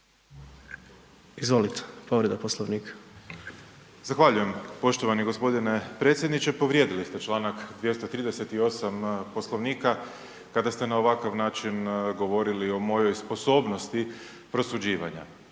**Grbin, Peđa (SDP)** Zahvaljujem poštovani gospodine predsjedniče. Povrijedili ste čl. 238. Poslovnika kada ste na ovakav način govorili o mojoj sposobnosti prosuđivanja.